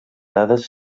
dades